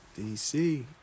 DC